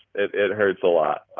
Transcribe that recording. it it hurts a lot.